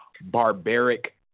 barbaric